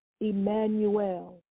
Emmanuel